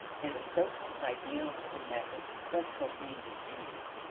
and of social ideals and methods thus go hand in hand.